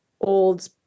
old